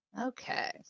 okay